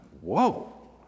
whoa